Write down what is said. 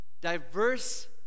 diverse